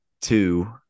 two